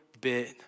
bit